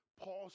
Paul